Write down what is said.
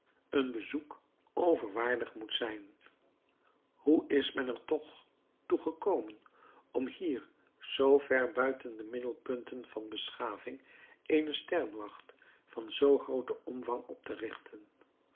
een bezoek overwaardig moet zijn hoe is men er toch toe gekomen om hier zoo ver buiten de middelpunten van beschaving eene sterrenwacht van zoo grooten omvang op te richten